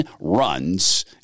runs